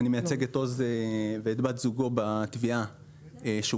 אני מייצג את עוז עובדיה ואת בת זוגו בתביעה שהוגשה